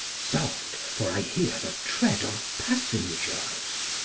soft, for i hear the tread of passengers.